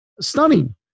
stunning